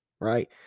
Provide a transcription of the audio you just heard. right